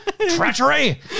treachery